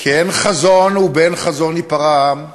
כי אין חזון, ובאין חזון ייפרע עם.